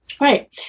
Right